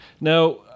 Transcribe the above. Now